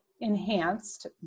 enhanced